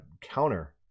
counter